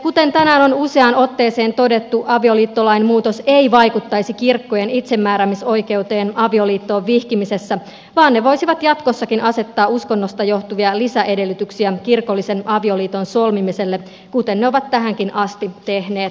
kuten tänään on useaan otteeseen todettu avioliittolain muutos ei vaikuttaisi kirkkojen itsemääräämisoikeuteen avioliittoon vihkimisessä vaan ne voisivat jatkossakin asettaa uskonnosta johtuvia lisäedellytyksiä kirkollisen avioliiton solmimiselle kuten ne ovat tähänkin asti tehneet